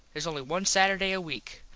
theres only one saturday a weak.